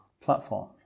platform